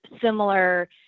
similar